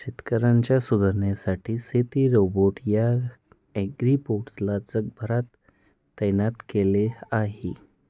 शेतकऱ्यांच्या सुधारणेसाठी शेती रोबोट या ॲग्रीबोट्स ला जगभरात तैनात केल आहे